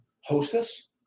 Hostess